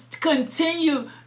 continue